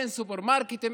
אין סופרמרקטים,